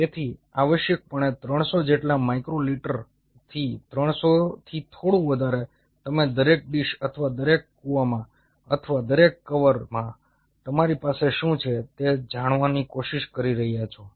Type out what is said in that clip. તેથી આવશ્યકપણે 300 જેટલા માઇક્રો લિટરથી 300 થી થોડું વધારે તમે દરેક ડીશ અથવા દરેક કૂવામાં અથવા દરેક કવરમાં તમારી પાસે શું છે તે જાણવાની કોશિશ કરી રહ્યા છો